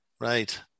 Right